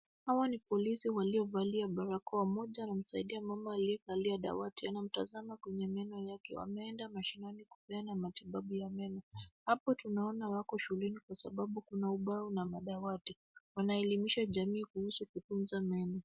Hawa ni polisi waliovalia barakoa. Mmoja namsaidia mama aliyevalia dawati. Anamtazama kwenye meno yake. Ameenda mashinani kupeana matibau ya meno. Hapo tunaona wako shuleni kwa sababu kuna ubaona madawati. Wanaelimisha jamii kihusu kutunza meno.